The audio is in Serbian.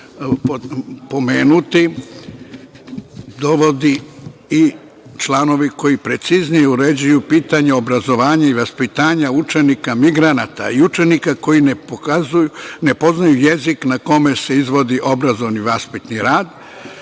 pomenuti, dovode članovi koji preciznije uređuju pitanje obrazovanja i vaspitanja učenika migranata, učenika koji ne pokazuju, odnosno ne poznaju jezik na kome se izvodi obrazovno-vaspitni rad